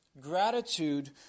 gratitude